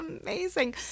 amazing